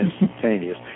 instantaneous